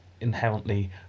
inherently